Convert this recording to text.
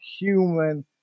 human